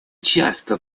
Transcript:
часто